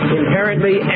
inherently